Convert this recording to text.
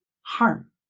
harm